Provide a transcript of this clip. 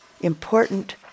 important